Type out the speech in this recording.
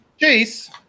Chase